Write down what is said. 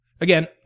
Again